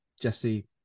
Jesse